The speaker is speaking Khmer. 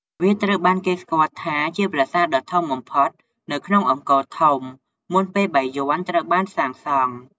វាត្រូវបានគេស្គាល់ថាជាប្រាសាទដ៏ធំបំផុតនៅក្នុងអង្គរធំ មុនពេលបាយ័នត្រូវបានសាងសង់។